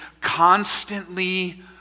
constantly